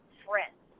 friends